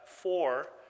four